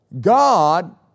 God